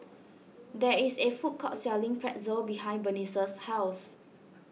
there is a food court selling Pretzel behind Bernice's house